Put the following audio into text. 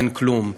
אין כלום,